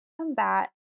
combat